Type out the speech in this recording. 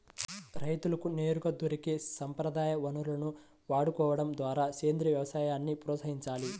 రైతులకు నేరుగా దొరికే సంప్రదాయ వనరులను వాడుకోడం ద్వారా సేంద్రీయ వ్యవసాయాన్ని ప్రోత్సహించాలి